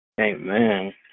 Amen